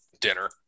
dinner